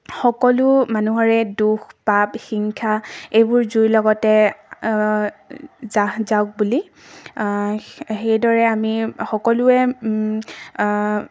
সকলো মানুহৰে দুখ পাপ হিংসা এইবোৰ জুইৰ লগতে জাহ যাওক বুলি সেইদৰে আমি সকলোৱে